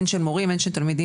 הן של מורים והן של תלמידים,